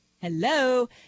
hello